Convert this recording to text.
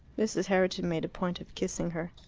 mrs. herriton made a point of kissing her.